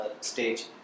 stage